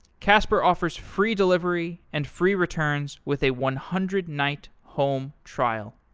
casper offers free delivery and free returns with a one hundred night home trial.